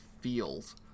feels